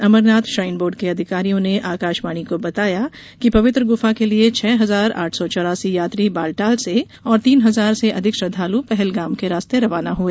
Amarnath shrine board के अधिकारियों ने आकाशवाणी को बताया कि पवित्र गुफा के लिए छह हजार आठ सौ चौरासी यात्री बालटाल से और तीन हजार से अधिक श्रद्धालु पहलगाम के रास्ते रवाना हुए